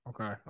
Okay